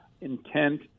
intent